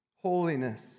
Holiness